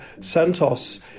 Santos